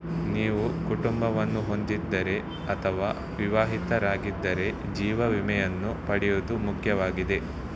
ನೀವು ಕುಟುಂಬವನ್ನು ಹೊಂದಿದ್ದರೆ ಅಥವಾ ವಿವಾಹಿತರಾಗಿದ್ದರೆ ಜೀವ ವಿಮೆಯನ್ನು ಪಡೆಯುವುದು ಮುಖ್ಯವಾಗಿದೆ